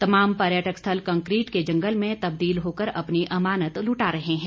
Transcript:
तमाम पर्यटक स्थल कंकरीट के जंगल में तब्दील होकर अपनी अमानत लुटा रहे हैं